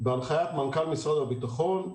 בהנחיית מנכ"ל משרד הביטחון,